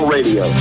Radio